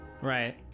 Right